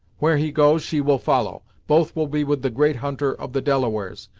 where he goes, she will follow. both will be with the great hunter of the delawares,